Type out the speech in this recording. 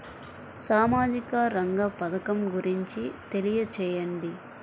సామాజిక రంగ పథకం గురించి తెలియచేయండి?